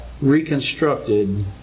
reconstructed